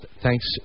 thanks